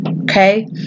Okay